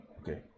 okay